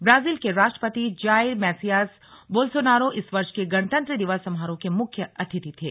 Brazil के राष्ट्रपति Jair Messias Bolsonaro इस वर्ष के गणतंत्र दिवस समारोह के मुख्य अतिथि थे